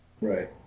right